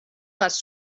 les